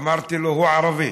אמרתי לי, הוא ערבי,